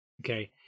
okay